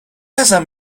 ازم